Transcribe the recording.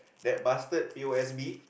that bastard P_O_S_B